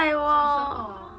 小声爆 liao